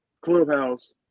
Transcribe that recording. Clubhouse